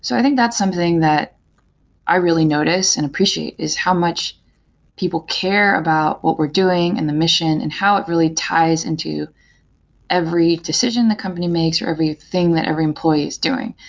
so i think that's something that i really notice and appreciate is how much people care about what we're doing and the mission and how it really ties into every decision the company makes, or everything that every employee is doing.